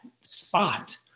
spot